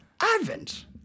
advent